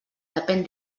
depèn